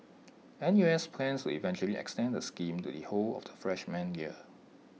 N U S plans to eventually extend the scheme to the whole of the freshman year